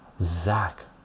Zach